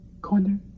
corner